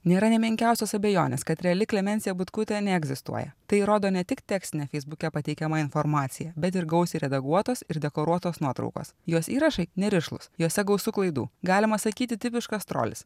nėra nė menkiausios abejonės kad reali klemensija butkutė neegzistuoja tai rodo ne tik tekstinė feisbuke pateikiama informacija bet ir gausiai redaguotos ir dekoruotos nuotraukos jos įrašai nerišlūs juose gausu klaidų galima sakyti tipiškas trolis